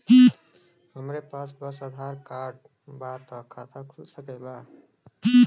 हमरे पास बस आधार कार्ड बा त खाता खुल सकेला?